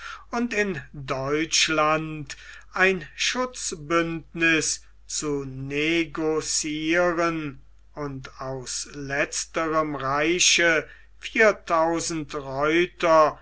und in deutschland ein schutzbündniß zu negociieren und aus letzterem reiche viertausend reiter